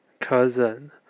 cousin